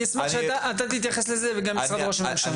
אני אשמח שאתה תתייחס לזה וגם משרד ראש הממשלה.